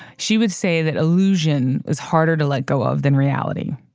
she would say that illusion is harder to let go of than reality.